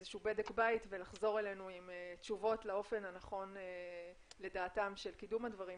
בית ולחזור אלינו עם תשובות לאופן הנכון לדעתם של קידום הדברים,